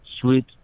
sweet